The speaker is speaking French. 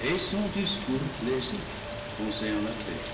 et son discours plaisait conseillant la paix